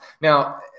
Now